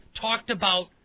talked-about